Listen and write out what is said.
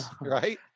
right